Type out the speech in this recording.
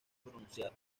pronunciada